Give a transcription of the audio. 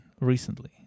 recently